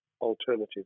alternative